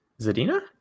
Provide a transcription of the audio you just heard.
Zadina